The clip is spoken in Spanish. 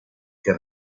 que